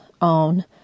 on